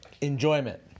Enjoyment